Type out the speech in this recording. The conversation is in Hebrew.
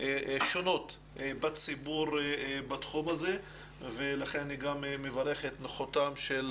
השונות בציבור בתחום הזה ולכן אני גם מברך על נוכחותו של